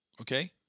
Okay